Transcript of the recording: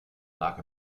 lag